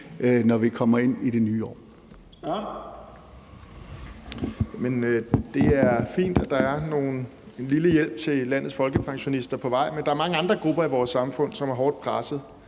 når vi kommer ind i det nye år.